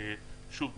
שוב,